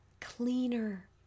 cleaner